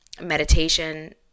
meditation